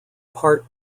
part